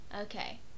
Okay